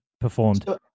performed